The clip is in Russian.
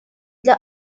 для